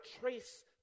trace